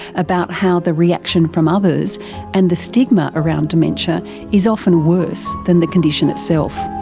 about how the reaction from others and the stigma around dementia is often worse than the condition itself.